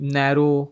narrow